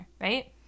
right